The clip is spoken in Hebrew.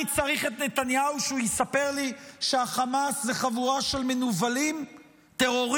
אני צריך את נתניהו שהוא יספר לי שהחמאס זה חבורה של מנוולים טרוריסטים,